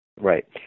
Right